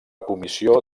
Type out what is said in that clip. comissió